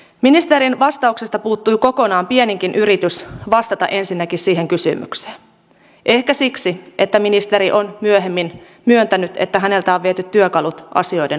ministerin vastauksesta puuttui kokonaan pieninkin yritys vastata ensinnäkin siihen kysymykseen ehkä siksi että ministeri on myöhemmin myöntänyt että häneltä on viety työkalut asioiden hoidosta